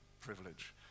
privilege